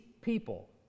people